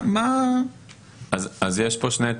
יש פה שני טעמים.